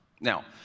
Now